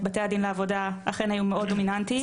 בתי הדין לעבודה אכן היו מאוד דומיננטיים.